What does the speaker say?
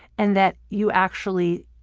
and that you actually